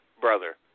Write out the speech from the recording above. brother